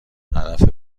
هدف